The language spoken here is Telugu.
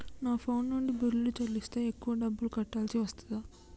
నా ఫోన్ నుండి బిల్లులు చెల్లిస్తే ఎక్కువ డబ్బులు కట్టాల్సి వస్తదా?